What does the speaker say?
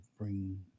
bring